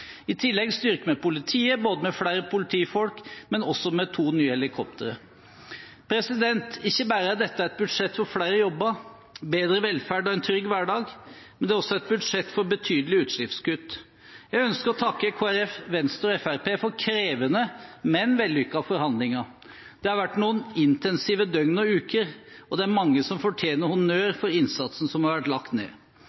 I tillegg styrker vi politiet, både med flere politifolk og med to nye helikoptre. Ikke bare er dette et budsjett for flere jobber, bedre velferd og en trygg hverdag. Det er også et budsjett for betydelige utslippskutt. Jeg ønsker å takke Kristelig Folkeparti, Venstre og Fremskrittspartiet for krevende, men vellykkede forhandlinger. Det har vært noen intensive døgn og uker, og det er mange som fortjener honnør